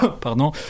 Pardon